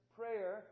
prayer